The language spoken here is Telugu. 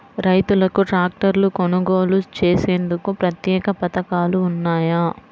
రైతులకు ట్రాక్టర్లు కొనుగోలు చేసేందుకు ప్రత్యేక పథకాలు ఉన్నాయా?